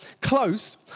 close